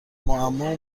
معما